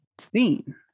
seen